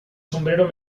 sombrero